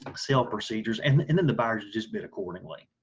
like sale procedures and and then the buyers just bid accordingly.